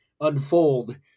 unfold